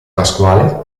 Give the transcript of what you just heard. pasquale